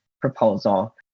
proposal